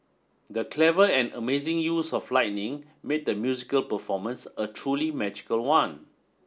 the clever and amazing use of lighting made the musical performance a truly magical one